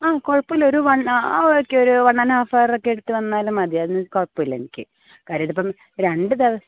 ആ കുഴപ്പമില്ല ഒരു വൺ ആ ഒക്കെ ഒരു ആൻഡ് ഹാഫ് ഒക്കെ എടുത്തു വന്നാലും മതി അതിന് കുഴപ്പം ഇല്ല എനിക്ക് കാര്യം ഇത് ഇപ്പോൾ രണ്ട് ദേവസ